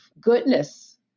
goodness